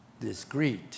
discreet